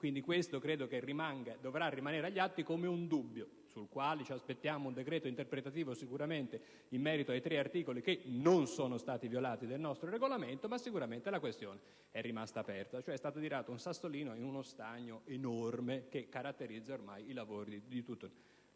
Questo credo che dovrà rimanere agli atti come un dubbio, sul quale ci aspettiamo un decreto interpretativo in merito ai tre articoli che non sono stati violati del nostro Regolamento; ma sicuramente la questione è rimasta aperta, cioè è stato tirato un sassolino in uno stagno enorme che caratterizza ormai i lavori di tutti noi.